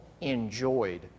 enjoyed